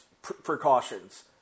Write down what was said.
precautions